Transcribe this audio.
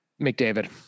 McDavid